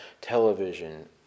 television